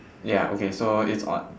ya okay so it's on